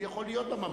יכול להיות בממלכתי.